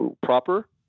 proper